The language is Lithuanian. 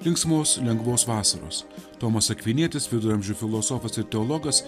linksmos lengvos vasaros tomas akvinietis viduramžių filosofas ir teologas